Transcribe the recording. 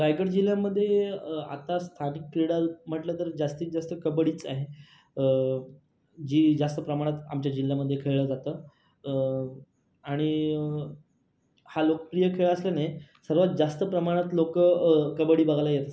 रायगड जिल्ह्यामध्ये आता स्थानिक क्रीडा म्हटलं तर जास्तीत जास्त कबड्डीच आहे जी जास्त प्रमाणात आमच्या जिल्ल्यामध्ये खेळलं जातं आणि हा लोकप्रिय खेळ असल्याने सर्वात जास्त प्रमाणात लोकं कबड्डी बघायला येत असतात